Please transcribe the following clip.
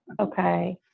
Okay